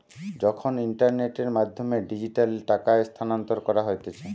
যখন ইন্টারনেটের মাধ্যমে ডিজিটালি টাকা স্থানান্তর করা হতিছে